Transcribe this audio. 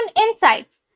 insights